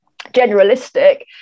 generalistic